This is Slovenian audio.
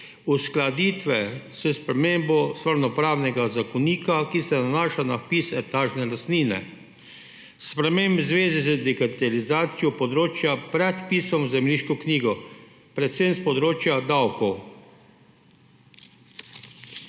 uskladitve s spremembo Stvarnopravnega zakonika, ki se nanaša na vpis etažne lastnine; sprememb v zvezi z digitalizacijo področja pred vpisom v zemljiško knjigo, predvsem s področja davkov;